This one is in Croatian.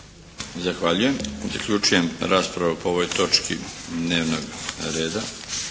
Zahvaljujem. Zaključujem raspravu po ovoj točki dnevnog reda.